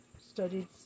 studied